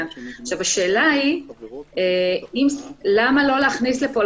השאלה היא למה לא להכניס לפה,